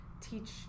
teach